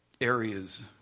areas